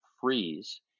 freeze